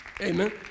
Amen